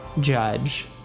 judge